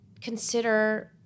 consider